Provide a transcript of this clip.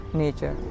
nature